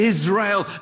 Israel